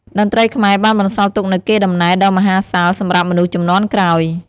តន្ត្រីខ្មែរបានបន្សល់ទុកនូវកេរដំណែលដ៏មហាសាលសម្រាប់មនុស្សជំនាន់ក្រោយ។